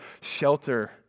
shelter